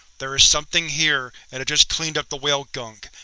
there is something here and it just cleaned up the whale gunk.